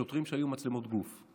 אלה שוטרים שהיו עם מצלמות גוף.